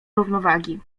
równowagi